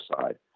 side